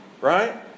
Right